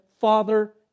father